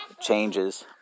changes